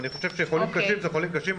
אני חושב שחולים קשים הם חולים קשים.